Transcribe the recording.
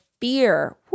fear